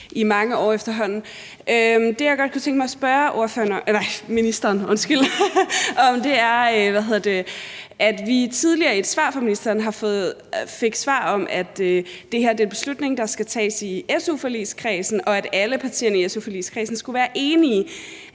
i mange år efterhånden. Det, jeg godt kunne tænke mig at spørge ministeren om, vedrører, at vi tidligere fik et svar fra ministeren om, at det her er en beslutning, der skal tages i su-forligskredsen, og at alle partierne i su-forligskredsen skulle være enige.